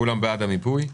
כולם בעד המיפוי.